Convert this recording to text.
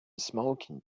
smoking